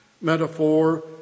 metaphor